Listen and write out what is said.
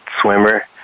swimmer